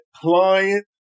client